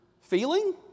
feeling